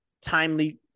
timely